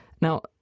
Now